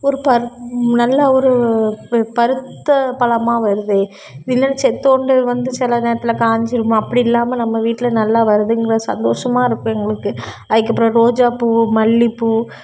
ஒரு பரு நல்ல ஒரு ப பருத்த பழமா வருதே இல்லைன்னா செத்தோண்டு வந்து சில நேரத்தில் காய்சிரும் அப்படி இல்லாமல் நம்ம வீட்டில் நல்லா வருதுங்கின்ற சந்தோஷமாக இருக்கும் எங்களுக்கு அதுக்கு அப்புறம் ரோஜா பூ மல்லிப்பூ